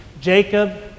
Jacob